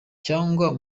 cyangwa